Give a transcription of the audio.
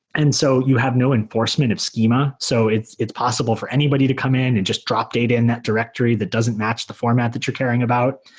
and so you have no enforcement of schema. so it's it's possible for anybody to come in and just drop data in that directory that doesn't match the format that you're carrying about.